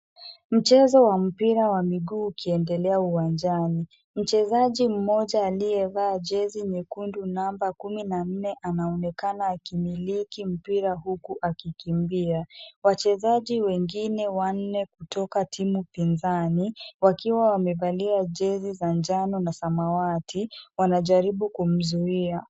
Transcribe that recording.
Mchezo wa mpira wa miguu ukiendelea uwanjani. Mchezaji mmoja aliyevaa jezi nyekundu namba kumi na nne anaonekana akimiliki mpira huku akikimbia. Wachezaji wengine wanne kutoka timu pinzani, wakiwa wamevalia jezi za njano na samawati, wanajaribu kumzuia.